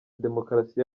demokarasi